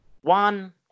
one